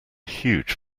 huge